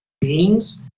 beings